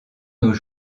nos